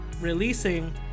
releasing